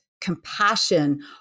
compassion